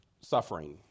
suffering